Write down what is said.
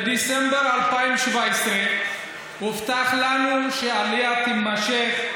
בדצמבר 2017 הובטח לנו שהעלייה תימשך,